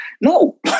No